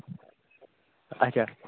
اَچھا